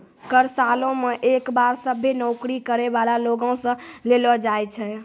कर सालो मे एक बार सभ्भे नौकरी करै बाला लोगो से लेलो जाय छै